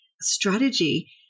strategy